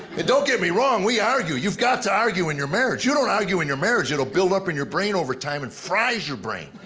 don't get me wrong, we argue, you've got to argue in your marriage. you don't argue in your marriage, it'll build up in your brain over time and fries your brain.